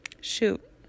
Shoot